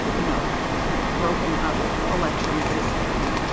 you know, sort of broken up election system.